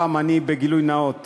הפעם אני בגילוי נאות